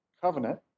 covenant